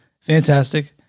fantastic